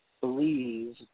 believe